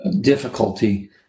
difficulty